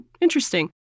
Interesting